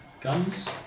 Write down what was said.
Guns